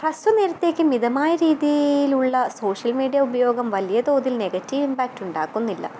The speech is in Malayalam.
ഹ്രസ്വ നേരത്തേക്ക് മിതമായ രീതിയിലുള്ള സോഷ്യൽ മീഡ്യ ഉപയോഗം വലിയ തോതിൽ നെഗെറ്റീവ് ഇമ്പാക്റ്റ് ഉണ്ടാക്കുന്നില്ല